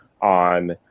on